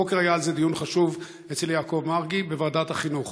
הבוקר היה על זה דיון חשוב אצל יעקב מרגי בוועדת החינוך.